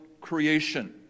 creation